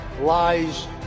lies